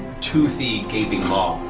toothy gaping maw.